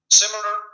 similar